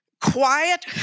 quiet